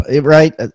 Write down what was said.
right